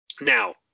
Now